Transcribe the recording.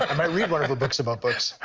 ah might read one of her books about books.